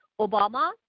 Obama